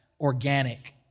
organic